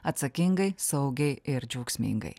atsakingai saugiai ir džiaugsmingai